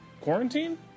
quarantine